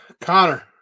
Connor